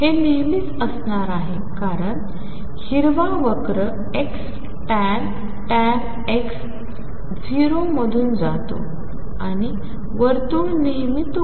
हे नेहमीच असणार आहे कारण हिरवा वक्र xtan x 0 मधून जातो आणि वर्तुळ नेहमी तो कापत असतो